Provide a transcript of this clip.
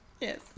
Yes